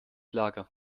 lager